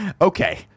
okay